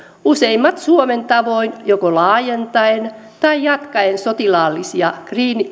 useimmat suomen tavoin joko laajentaen tai jatkaen sotilaallisia